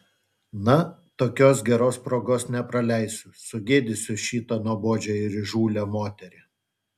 na tokios geros progos nepraleisiu sugėdysiu šitą nuobodžią ir įžūlią moterį